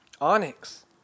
Onyx